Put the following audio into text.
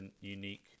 unique